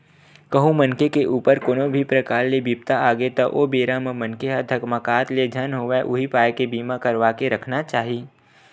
कहूँ मनखे के ऊपर कोनो भी परकार ले बिपदा आगे त ओ बेरा म मनखे ह धकमाकत ले झन होवय उही पाय के बीमा करवा के रखना चाही